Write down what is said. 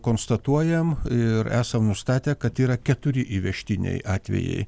konstatuojam ir esam nustatę kad yra keturi įvežtiniai atvejai